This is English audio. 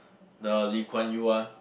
the Lee-Kuan-Yew one